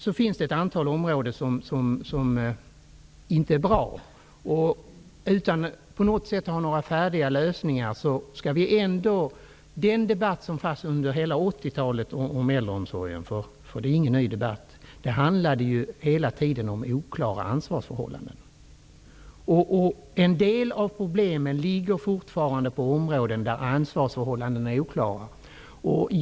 Det finns ett antal områden som inte är bra. Den debatt som fördes under hela 80-talet om äldreomsorgen -- detta är ingen ny debatt -- handlade hela tiden om oklara ansvarsförhållanden. En del problem finns fortfarande på områden där ansvarsförhållandena är oklara.